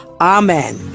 amen